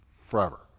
forever